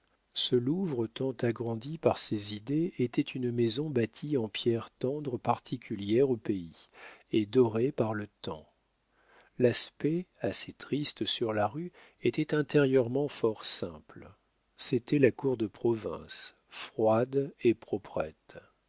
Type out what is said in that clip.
ce louvre tant agrandi par ses idées était une maison bâtie en pierre tendre particulière au pays et dorée par le temps l'aspect assez triste sur la rue était intérieurement fort simple c'était la cour de province froide et proprette